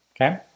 Okay